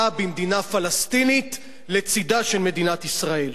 במדינה פלסטינית לצדה של מדינת ישראל.